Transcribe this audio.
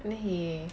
then he